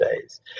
days